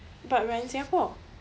but we are in singapore